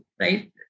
right